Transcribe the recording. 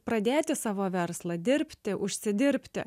pradėti savo verslą dirbti užsidirbti